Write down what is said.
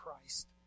Christ